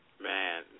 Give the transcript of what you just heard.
Man